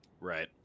Right